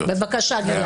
אני מבקשת רק